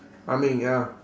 ah ming ya